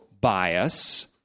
bias